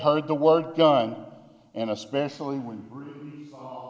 heard the word gun and especially when